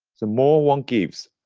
the more one gives,